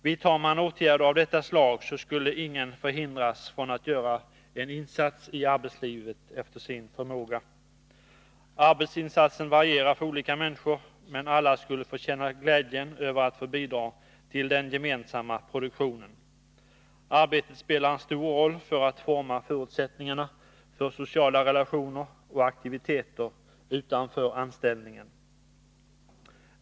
Vidtager man åtgärder av detta slag, så skulle ingen förhindras från att göra eninsats i arbetslivet efter sin förmåga. Arbetsinsatsen varierar för olika människor, men alla skulle få känna glädjen över att få bidra till den gemensamma produktionen. Arbetet spelar en stor roll för att forma förutsättningarna för sociala relationer och aktiviteter utanför anställningen.